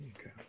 okay